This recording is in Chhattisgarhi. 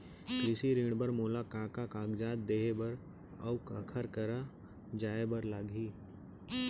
कृषि ऋण बर मोला का का कागजात देहे बर, अऊ काखर करा जाए बर लागही?